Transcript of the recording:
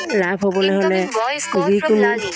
লাভ হ'বলৈ হ'লে যিকোনো